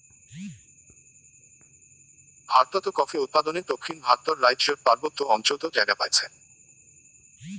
ভারতত কফি উৎপাদনে দক্ষিণ ভারতর রাইজ্যর পার্বত্য অঞ্চলত জাগা পাইছে